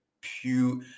pure